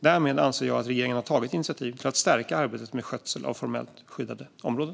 Därmed anser jag att regeringen har tagit initiativ till att stärka arbetet med skötsel av formellt skyddade områden.